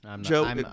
Joe